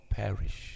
perish